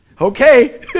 Okay